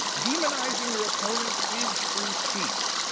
demonizing your opponents is free speech.